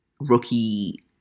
rookie